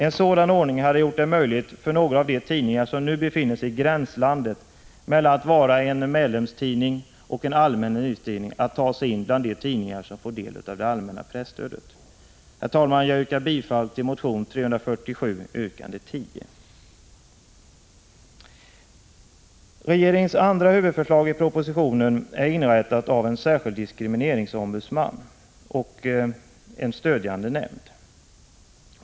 En sådan ordning hade gjort det möjligt att föra in några av de tidningar som nu befinner sig i gränslandet mellan att vara medlemstidning och allmän nyhetstidning bland de tidningar som får del av det allmänna presstödet. Herr talman! Jag yrkar bifall till motion 347 yrkande 6. Regeringens andra huvudförslag i propositionen är inrättandet av en särskild diskrimineringsombudsman och en stödjande nämnd.